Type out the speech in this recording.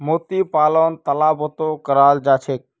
मोती पालन तालाबतो कराल जा छेक